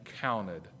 counted